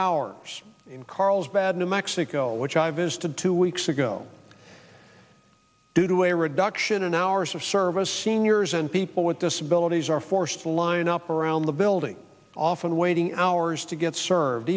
hours in carlsbad new mexico which i visited two weeks ago due to a reduction in hours of service seniors and people with disabilities are forced to line up around the building often waiting hours to get served